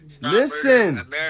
Listen